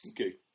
Okay